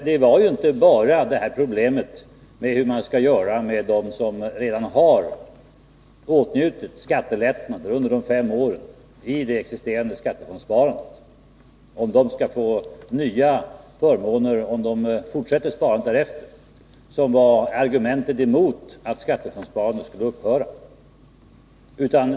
Det var ju inte bara problemet, huruvida de som redan har åtnjutit skattelättnader under fem år i det existerande skattefondssparandet skall få nya förmåner om de fortsätter sparandet därefter, som var argumentet emot att skattefondssparandet skulle upphöra.